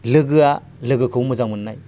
लोगोया लोगोखौ मोजां मोननाय